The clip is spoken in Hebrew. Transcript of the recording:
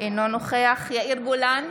אינו נוכח יאיר גולן,